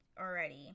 already